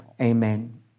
amen